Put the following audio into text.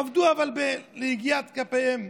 עבדו אבל ביגיע כפיהם,